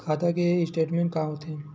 खाता के स्टेटमेंट का होथे?